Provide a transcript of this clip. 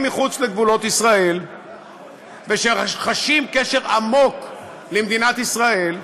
מחוץ לגבולות ישראל וחשים קשר עמוק למדינת ישראל,